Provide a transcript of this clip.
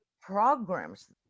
programs